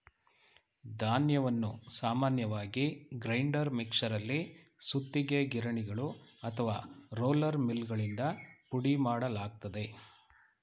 ಧಾನ್ಯವನ್ನು ಸಾಮಾನ್ಯವಾಗಿ ಗ್ರೈಂಡರ್ ಮಿಕ್ಸರಲ್ಲಿ ಸುತ್ತಿಗೆ ಗಿರಣಿಗಳು ಅಥವಾ ರೋಲರ್ ಮಿಲ್ಗಳಿಂದ ಪುಡಿಮಾಡಲಾಗ್ತದೆ